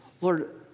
Lord